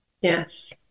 Yes